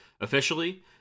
officially